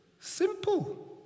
simple